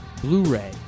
Blu-ray